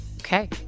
Okay